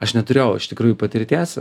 aš neturėjau iš tikrųjų patirties